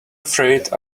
afraid